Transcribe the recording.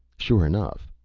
sure enough,